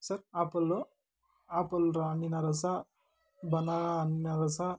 sir apple ಆ್ಯಪಲ್ರ ಹಣ್ಣಿನ ರಸ ಬನಾನ ಹಣ್ಣಿನ ರಸ